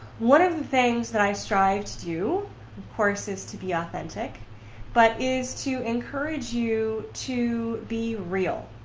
one of the things that i strive to do of course, is to be authentic but is to encourage you to be real,